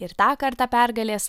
ir tą kartą pergalės